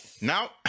Now